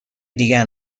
دیگر